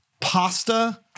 pasta